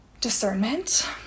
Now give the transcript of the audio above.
discernment